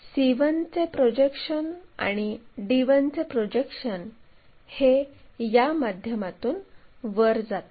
c1 चे projection आणि d1 चे प्रोजेक्शन हे या माध्यमातून वर जाते